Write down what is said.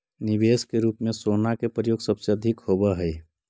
निवेश के रूप में सोना के प्रयोग सबसे अधिक होवऽ हई